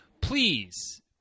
please